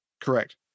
Correct